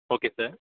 okay sir